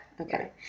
Okay